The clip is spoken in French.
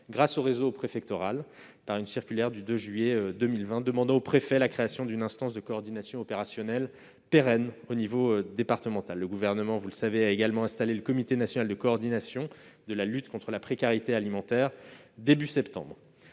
grâce au réseau préfectoral. Ainsi, la circulaire du 2 juillet 2020 demande aux préfets de créer une instance de coordination opérationnelle pérenne au niveau départemental. Le Gouvernement a également installé le comité national de coordination de la lutte contre la précarité alimentaire au début du mois